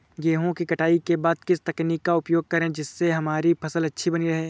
गेहूँ की कटाई के बाद किस तकनीक का उपयोग करें जिससे हमारी फसल अच्छी बनी रहे?